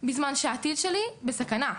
בזמן שהעתיד שלי בסכנה.